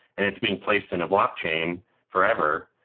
and it's being placed in a blockchain forever,